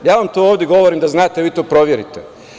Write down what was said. Ja vam to ovde govorim da znate, vi to proverite.